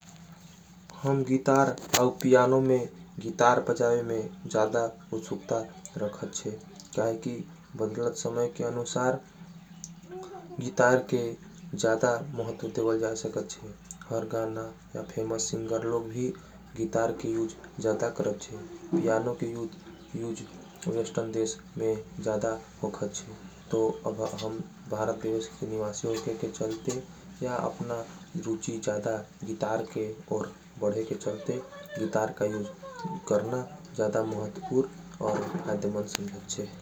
हम गितार और पियानों में गितार बजावे में ज़्यादा। उसकता रखते हैं क्या है कि बदलत समय के। अनुसार गितार के ज़्यादा महत्व देवल जा सकते हैं हर। गाना या फेमस सिंगर लोग भी गितार के यूज़ ज़्यादा करते हैं। हर गाना या फेमस सिंगर लोग भी गितार के ज़्यादा करते हैं।